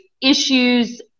issues